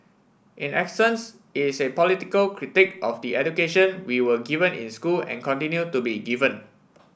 in essence it's a political critique of the education we were given in school and continue to be given